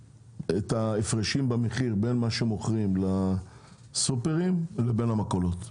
ההפרשים במחיר בין מה שמוכרים לסופרים לבין המכולות.